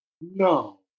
No